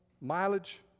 mileage